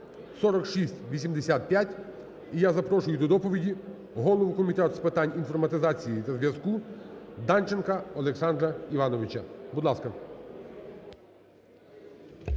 (№4685). І я запрошую до доповіді голову Комітету з питань інформатизації та зв'язку Данченка Олександра Івановича. Будь ласка.